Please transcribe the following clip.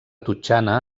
totxana